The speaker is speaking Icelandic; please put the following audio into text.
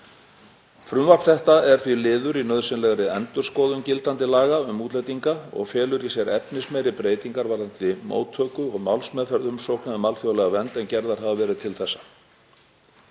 Frumvarp þetta er því liður í nauðsynlegri endurskoðun gildandi laga um útlendinga og felur í sér efnismeiri breytingar varðandi móttöku og málsmeðferð umsókna um alþjóðlega vernd en gerðar hafa verið til þessa.